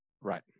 Right